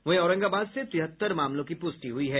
वहीं औरंगाबाद से तिहत्तर मामलों की पुष्टि हुई है